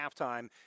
halftime